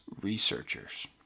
researchers